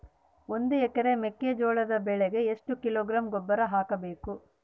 ಒಂದು ಎಕರೆ ಮೆಕ್ಕೆಜೋಳದ ಬೆಳೆಗೆ ಎಷ್ಟು ಕಿಲೋಗ್ರಾಂ ಗೊಬ್ಬರ ಹಾಕಬೇಕು?